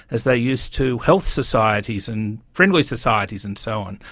as they used to, health societies and friendly societies and so on.